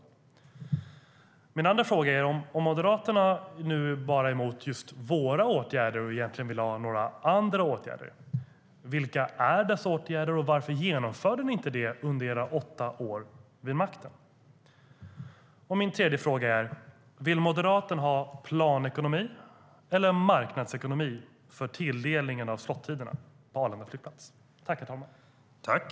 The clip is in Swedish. STYLEREF Kantrubrik \* MERGEFORMAT Luftfartsfrågor